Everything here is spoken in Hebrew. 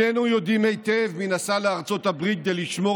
שנינו יודעים היטב מי נסע לארצות הברית כדי לשמור